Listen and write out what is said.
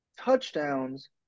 touchdowns